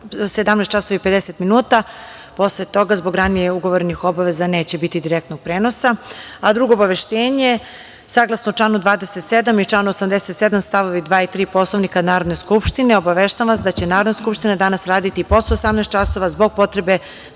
17.50 časova, a posle toga, zbog ranije ugovorenih obaveza, neće biti direktnog prenosa. Drugo obaveštenje, saglasno članu 27. i članu 87. st.2 i3. Poslovnika Narodne Skupštine, obaveštavam vas da će Narodna Skupština danas raditi i posle 18,00 časova, zbog potrebe